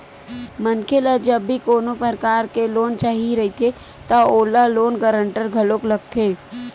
मनखे ल जब भी कोनो परकार के लोन चाही रहिथे त ओला लोन गांरटर घलो लगथे